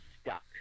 stuck